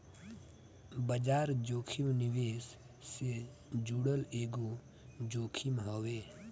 बाजार जोखिम निवेश से जुड़ल एगो जोखिम हवे